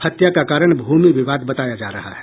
हत्या का कारण भूमि विवाद बताया जा रहा है